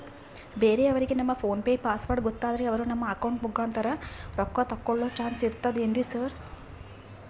ಬೇರೆಯವರಿಗೆ ನಮ್ಮ PhonePe password ಗೊತ್ತಾದ್ರೆ ಅವರು ನಮ್ಮ ಅಕೌಂಟ್ ಮುಖಾಂತರ ರೊಕ್ಕ ತಕ್ಕೊಳ್ಳೋ ಚಾನ್ಸ್ ಇರ್ತದೆನ್ರಿ ಸರ್?